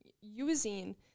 using